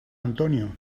antonio